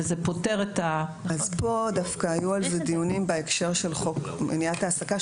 וזה פותר --- היו על זה דיונים בהקשר של חוק מניעת העסקה,